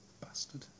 bastard